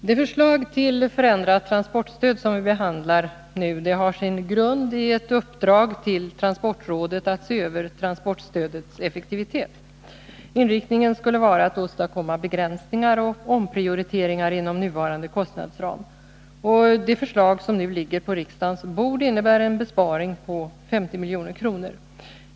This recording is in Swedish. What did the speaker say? Herr talman! Det förslag till förändrat transportstöd som vi nu behandlar har sin grund i ett uppdrag till transportrådet att se över transportstödets effektivitet. Inriktningen skulle vara att åstadkomma begränsningar och omprioriteringar inom nuvarande kostnadsram. Det förslag som nu ligger på riksdagens bord innebär en besparing på 50 milj.kr.